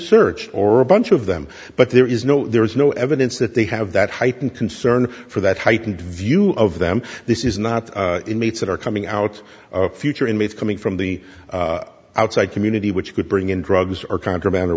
searched or a bunch of them but there is no there is no evidence that they have that heightened concern for that heightened view of them this is not inmates that are coming out future inmates coming from the outside community which could bring in drugs or contraband or